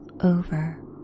over